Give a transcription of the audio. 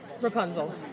Rapunzel